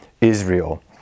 Israel